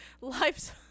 Life's